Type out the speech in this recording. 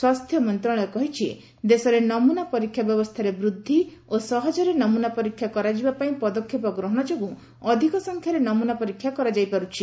ସ୍ୱାସ୍ଥ୍ୟ ମନ୍ତ୍ରଣାଳୟ କହିଛି ଦେଶରେ ନମୁନା ପରୀକ୍ଷା ବ୍ୟବସ୍ଥାରେ ବୃଦ୍ଧି ଓ ସହଜରେ ନମୁନା ପରୀକ୍ଷା କରାଯିବାପାଇଁ ପଦକ୍ଷେପ ଗ୍ରହଣ ଯୋଗୁଁ ଅଧିକ ସଂଖ୍ୟାରେ ନମୁନା ପରୀକ୍ଷା କରାଯାଇପାରୁଛି